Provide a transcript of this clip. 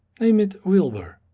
name it wilber,